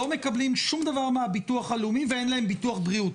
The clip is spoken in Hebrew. לא מקבלים שום דבר מהביטוח הלאומי ואין להם ביטוח בריאות,